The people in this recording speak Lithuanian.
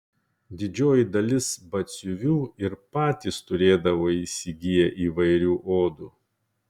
didžioji dalis batsiuvių ir patys turėdavo įsigiję įvairių odų